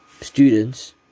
students